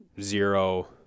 zero